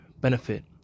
benefit